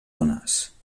ones